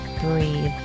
breathe